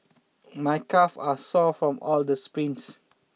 my calve are sore from all the sprints